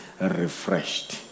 refreshed